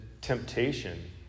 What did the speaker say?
temptation